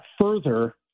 further